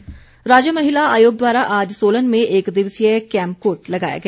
court राज्य महिला आयोग द्वारा आज सोलन में एक दिवसीय कैम्प कोर्ट लगाया गया